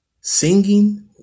singing